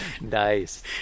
nice